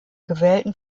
gewählten